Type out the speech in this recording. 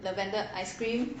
lavender ice cream